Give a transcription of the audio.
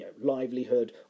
livelihood